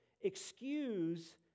excuse